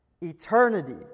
Eternity